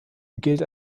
gilt